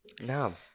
no